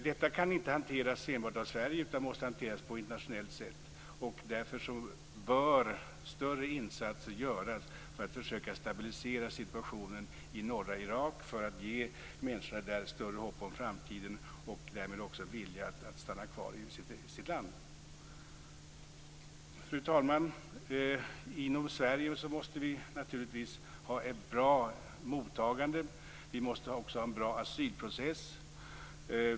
Detta kan inte hanteras enbart av Sverige, utan det måste hanteras på ett internationellt sätt. Därför bör större insatser göras för att försöka stabilisera situationen i norra Irak, för att ge människorna där större hopp om framtiden och därmed också vilja att stanna kvar i sitt land. Fru talman! Inom Sverige måste vi naturligtvis ha ett bra mottagande. Vi måste också ha en bra asylprocess.